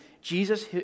Jesus